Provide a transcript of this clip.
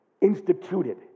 instituted